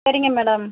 சரிங்க மேடம்